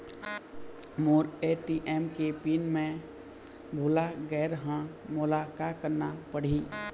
मोर ATM के PIN मैं भुला गैर ह, मोला का करना पढ़ही?